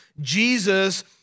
Jesus